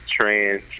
trans